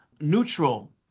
neutral